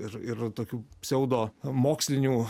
ir ir tokių pseudomokslinių